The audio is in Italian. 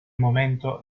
momento